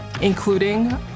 including